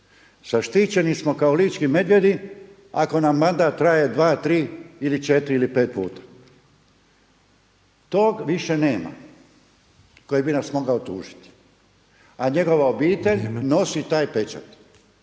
Zaštićeni smo kao lički medvjedi ako nam mandat traje dva, tri, četiri ili pet puta. Tog više nema koji bi nas mogao tužiti a njegova obitelj nosi taj pečat.